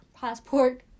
passport